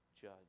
judge